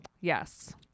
Yes